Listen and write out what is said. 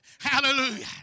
Hallelujah